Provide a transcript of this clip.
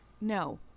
No